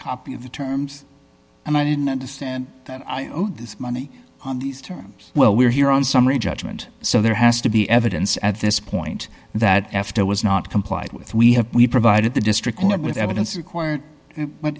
of the terms and i didn't understand that i owed this money on these terms well we're here on summary judgment so there has to be evidence at this point that after was not complied with we have we provided the district court with evidence required but